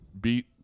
beat